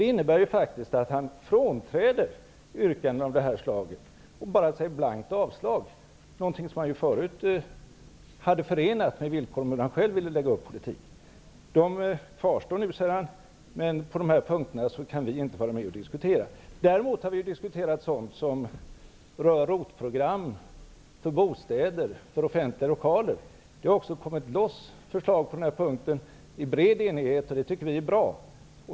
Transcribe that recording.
Det innebär att han frånträder yrkanden av det slag som jag här har nämnt. Nu yrkar han bara blankt avslag, medan han tidigare hade förenat sitt avslagsyrkande med villkor för hur politiken skulle läggas upp. Nu säger Bo Jenevall att de yrkandena kvarstår. På de punkterna kan inte vi vara med och diskutera. Däremot har vi diskuterat sådant som rör ROT program för bostäder och för offentliga lokaler. Vi har på den punkten också fått fram förslag i bred enighet, och det tycker vi är bra.